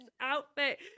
outfit